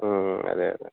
అదే అదే